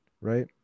right